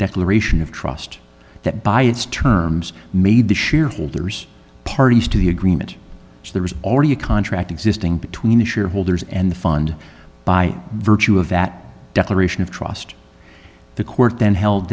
declaration of trust that by its terms made the shareholders parties to the agreement so there was already a contract existing between the shareholders and the fund by virtue of that declaration of trust the court then held